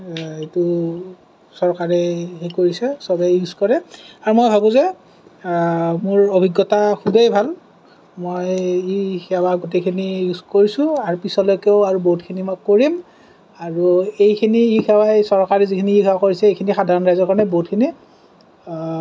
এইটো চৰকাৰে হেৰি কৰিছে চবে ইউজ কৰে আৰু মই ভাৱো যে মোৰ অভিজ্ঞতা খুবেই ভাল মই ই সেৱা গোটেইখিনি ইউজ কৰিছোঁ আৰু পিছলৈকেও আৰু বহুতখিনি মই কৰিম আৰু এইখিনি ই সেৱা চৰকাৰী যিখিনি কৰিছে সেইখিনি সাধাৰণ ৰাইজৰ কাৰণে বহুতখিনি